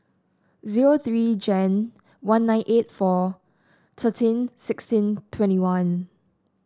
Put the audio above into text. zero three Jan one nine eight four thirteen sixteen twenty one